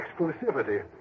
exclusivity